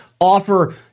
offer